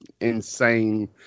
Insane